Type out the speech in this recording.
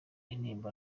intimba